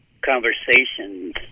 conversations